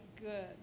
Good